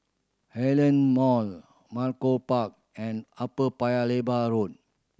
Heartland Mall Malcolm Park and Upper Paya Lebar Road